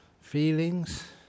feelings